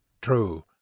true